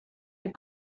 des